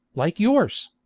like yours!